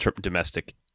domestic